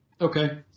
Okay